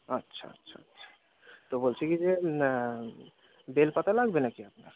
আচ্ছা আচ্ছা আচ্ছা তো বলছি কি যে বেলপাতা লাগবে নাকি আপনার